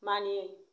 मानियै